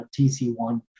TC1